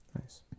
Nice